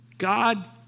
God